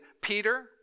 Peter